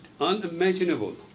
unimaginable